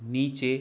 नीचे